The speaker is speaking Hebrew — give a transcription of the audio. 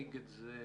להציג את זה